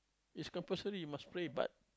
it's compulsory you must pray but